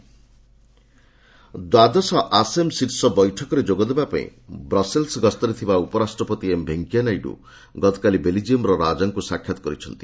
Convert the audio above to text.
VP ଆସେମ୍ summit ଦ୍ୱାଦଶ ଆସେମ୍ ଶୀର୍ଷ ବୈଠକରେ ଯୋଗଦେବା ପାଇଁ ବସ୍ଲେସ୍ ଗସ୍ତରେ ଥିବା ଉପରାଷ୍ଟ୍ରପତି ଏମ୍ ଭେଙ୍କିୟାନାଇଡୁ ଗତକାଲି ବେଲ୍ଜିୟମ୍ର ରାଜାଙ୍କୁ ସାକ୍ଷାତ କରିଛନ୍ତି